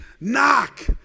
knock